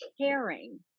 caring